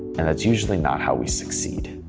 and it's usually not how we succeed.